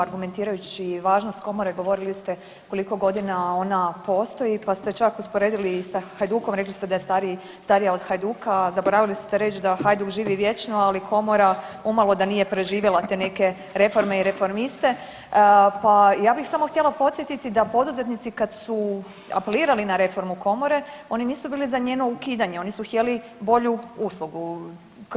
Argumentirajući važnost Komore, govorili ste koliko godina ona postoji pa ste čak usporedili i sa Hajdukom, rekli ste da je starija od Hajduka, a zaboravili ste reći da Hajduk živi vječno, ali Komora umalo da nije preživjela te neke reforme i reformiste, pa, ja bih samo htjela podsjetiti da poduzetnici kad su apelirali na reformu Komore, oni nisu bili za njeno ukidanje, oni su htjeli bolju uslugu. bolju uslugu.